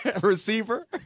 receiver